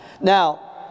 Now